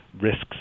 risks